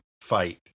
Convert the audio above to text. fight